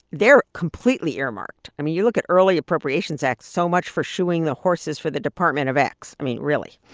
they're completely earmarked. i mean, you look at early appropriations acts, so much for shooing the horses for the department of x i mean, really,